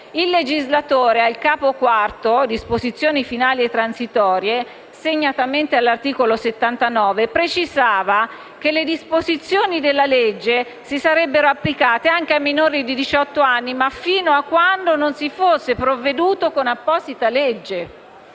il legislatore, al Capo IV - Disposizioni finali e transitorie - e segnatamente all'articolo 79, precisava che le disposizioni della legge si sarebbero applicate anche ai minori di anni diciotto fino a quando non si fosse provveduto con apposita legge.